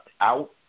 out